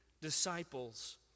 disciples